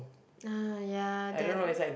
ah ya that